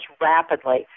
rapidly